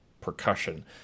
percussion